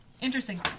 interesting